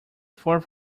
fourth